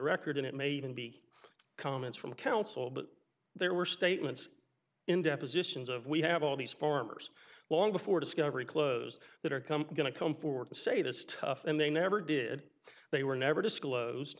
record and it may even be comments from counsel but there were statements in depositions of we have all these formers long before discovery clothes that are come going to come forward and say this stuff and they never did they were never disclosed